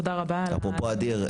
תודה רבה על ה- -- אפרופו אדיר,